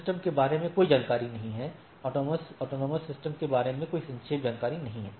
यह एएस के बारे में कोई जानकारी नहीं है एएस के बारे में कोई संक्षेप जानकारी नहीं है